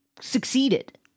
succeeded